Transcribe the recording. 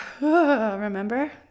Remember